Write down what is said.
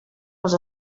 els